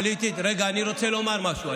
רגע, אני רוצה לומר משהו.